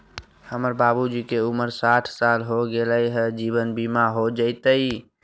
हमर बाबूजी के उमर साठ साल हो गैलई ह, जीवन बीमा हो जैतई?